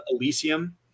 Elysium